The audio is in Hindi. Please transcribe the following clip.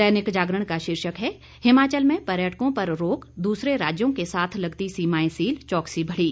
दैनिक जागरण का शीर्षक है हिमाचल में पर्यटकों पर रोक दूसरे राज्यों के साथ लगती सीमाएं सील चौकसी बढ़ी